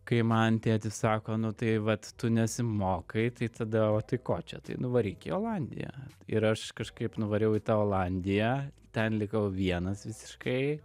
kai man tėtis sako nu tai vat tu nesimokai tai tada o tai ko čia tai nuvaryk į olandiją ir aš kažkaip nuvariau į tą olandiją ten likau vienas visiškai